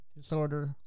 disorder